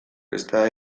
ezta